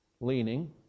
leaning